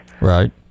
right